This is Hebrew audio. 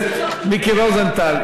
חבר הכנסת מיקי רוזנטל,